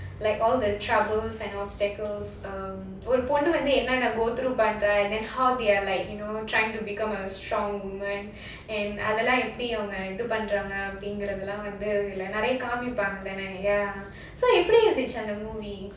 like all the troubles and obstacles um ஒரு பொண்ணு வந்து என்ன என்ன:oru ponnu vanthu enna enna go through பண்ற என்ன:pandra enna how they are like you know trying to become a strong woman and அதெல்ல எப்படி அவங்க இது பண்றாங்கன்னு நெறைய காமிப்பாங்ல:adhellaa epdi avanga idhu pandraanganu neraya kaamipaangla so எப்படி இருந்துச்சு அந்த:eppadi irundhuchu andha movie